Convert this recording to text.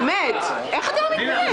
איך אתה לא מתבייש?